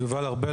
יובל ארבל,